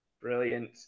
brilliant